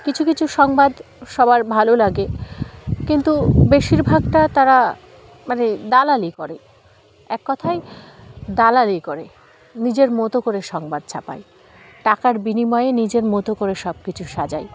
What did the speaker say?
কিছু কিছু সংবাদ সবার ভালো লাগে কিন্তু বেশিরভাগটা তারা মানে দালালি করে এক কথায় দালালি করে নিজের মতো করে সংবাদ ছাপায় টাকার বিনিময়ে নিজের মতো করে সব কিছু সাজায়